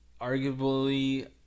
arguably